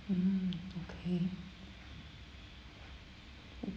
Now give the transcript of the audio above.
mm okay